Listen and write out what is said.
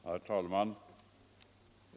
Herr talman!